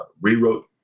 rewrote